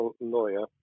lawyer